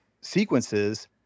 sequences